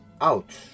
out